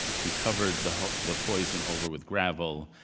he covered the the poison over with gravel,